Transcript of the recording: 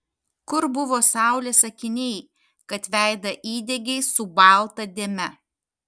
kur buvo saulės akiniai kad veidą įdegei su balta dėme